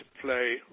play